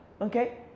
okay